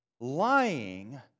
lying